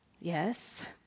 Yes